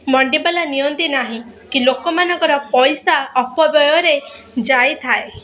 ମଣ୍ଡିବାଲା ନିଅନ୍ତି ନାହିଁ କି ଲୋକମାନଙ୍କର ପଇସା ଅପବ୍ୟୟରେ ଯାଇଥାଏ